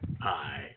Hi